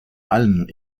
allen